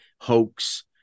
hoax